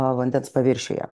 vandens paviršiuje